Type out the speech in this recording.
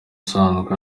usanzwe